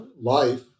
life